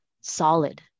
solid